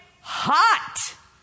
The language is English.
hot